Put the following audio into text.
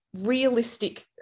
realistic